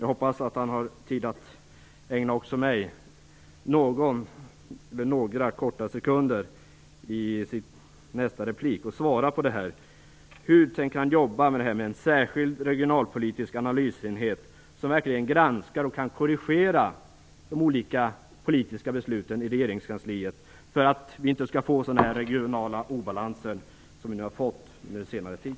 Jag hoppas att han har tid att ägna också mig några korta sekunder i sitt nästa inlägg och svara på frågan: Hur tänker han jobba med frågan om en särskild regionalpolitisk analysenhet som verkligen granskar och kan korrigera olika politiska beslut som fattas i regeringskansliet för att vi inte skall få sådana regionala obalanser som nu har uppstått under senare tid?